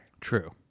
true